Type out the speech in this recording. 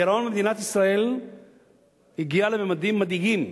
הגירעון במדינת ישראל הגיע לממדים מדאיגים.